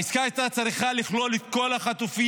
העסקה הייתה צריכה לכלול את כל החטופים,